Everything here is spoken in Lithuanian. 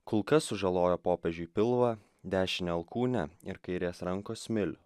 kulka sužalojo popiežiui pilvą dešinę alkūnę ir kairės rankos smilių